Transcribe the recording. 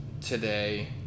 today